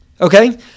Okay